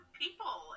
people